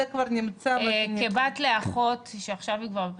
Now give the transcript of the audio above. כבת לאחות שעכשיו היא כבר בפנסיה,